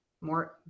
More